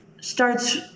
starts